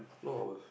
long hours